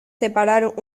separar